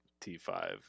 T5